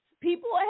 people